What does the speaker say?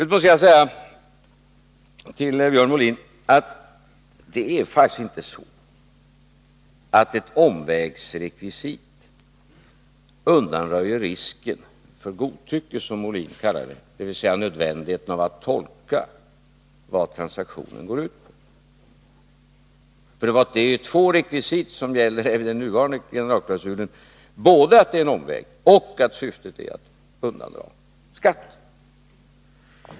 Sedan måste jag säga till Björn Molin att det faktiskt inte är så att ett omvägsrekvisit undanröjer risken för godtycke, som Björn Molin kallar det, dvs. nödvändigheten av att tolka vad transaktionen går ut på. Det är ju två rekvisit som gäller för den nuvarande generalklausulen, både att det är en omväg och att syftet är att undandra skatt.